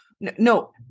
No